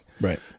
Right